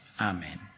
Amen